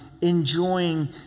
enjoying